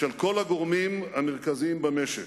של כל הגורמים המרכזיים במשק: